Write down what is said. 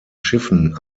schiffen